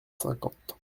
cinquante